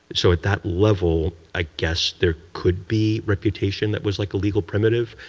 so at that level, i guess, there could be reputation that was like a legal primmive.